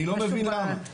אני לא מבין למה.